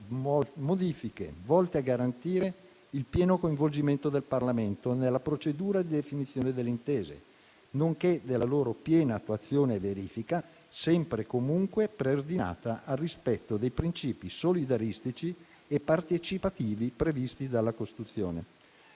modifiche volte a garantire il pieno coinvolgimento del Parlamento nella procedura di definizione delle intese, nonché della loro piena attuazione e verifica sempre e comunque preordinata al rispetto dei principi solidaristici e partecipativi previsti dalla Costituzione.